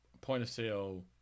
point-of-sale